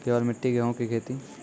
केवल मिट्टी गेहूँ की खेती?